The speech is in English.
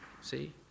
See